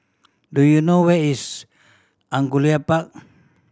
do you know where is Angullia Park